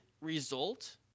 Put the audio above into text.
result